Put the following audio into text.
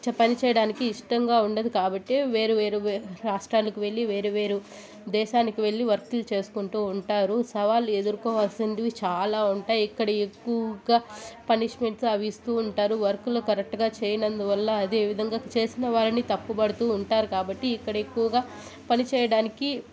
చ పని చేయడానికి ఇష్టంగా ఉండదు కాబట్టే వేరువేరు రాష్ట్రానికి వెళ్లి వేరు వేరు దేశానికీ వెళ్లి వర్కులు చేసుకుంటూ ఉంటారు సవాళ్లు ఎదుర్కోవాల్సినవి చాలా ఉంటాయి ఇక్కడ ఎక్కువగా పనిష్మెంట్స్ అవి ఇస్తూ ఉంటారు వర్కులు కరెక్ట్గా చేయనందువల్ల అదేవిధంగా చేసిన వారిని తప్పు పడుతూ ఉంటారు కాబట్టి ఇక్కడ ఎక్కువగా పని చేయడానికి